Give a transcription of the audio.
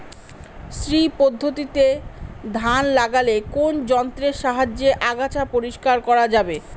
শ্রী পদ্ধতিতে ধান লাগালে কোন যন্ত্রের সাহায্যে আগাছা পরিষ্কার করা যাবে?